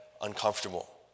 uncomfortable